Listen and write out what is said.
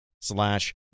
slash